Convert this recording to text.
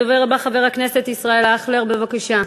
הדובר הבא, חבר הכנסת ישראל אייכלר, בבקשה.